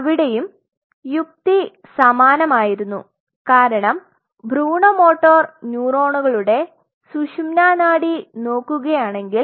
അവിടെയും യുക്തി സമാനമായിരുന്നു കാരണം ഭ്രൂണ മോട്ടോർ ന്യൂറോണുകളുടെ സുഷുമ്നാ നാഡി നോക്കുകയാണെങ്കിൽ